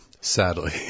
sadly